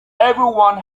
everyone